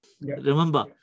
Remember